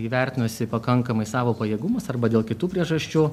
įvertinusi pakankamai savo pajėgumus arba dėl kitų priežasčių